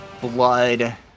blood